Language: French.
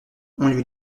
lui